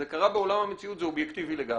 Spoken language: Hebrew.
זה קרה בעולם המציאות, זה אובייקטיבי לגמרי.